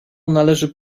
należy